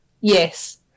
Yes